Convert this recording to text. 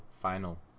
final